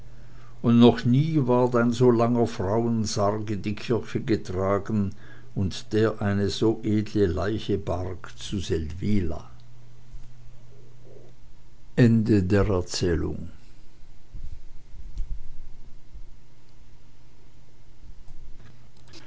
und noch nie ward ein so langer frauensarg in die kirche getragen und der eine so edle leiche barg zu seldwyla